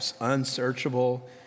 unsearchable